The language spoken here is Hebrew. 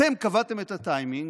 אתם קבעתם את הטיימינג.